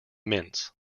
mints